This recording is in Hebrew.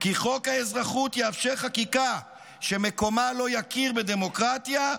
כי חוק האזרחות יאפשר חקיקה שמקומה לא יכיר בדמוקרטיה,